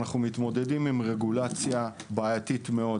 אנחנו מתמודדים עם רגולציה בעייתית מאוד